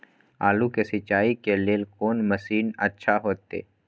आलू के सिंचाई के लेल कोन से मशीन अच्छा होते?